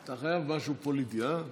אתה חייב משהו פוליטי, אה?